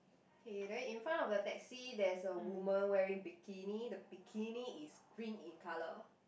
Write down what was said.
okay then in front of the taxi there's a woman wearing bikini the bikini is green in colour